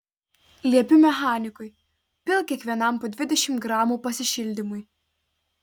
liepiu mechanikui pilk kiekvienam po dvidešimt gramų pasišildymui